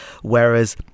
whereas